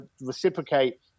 reciprocate